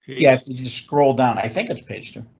yes, we just scroll down. i think it's paged.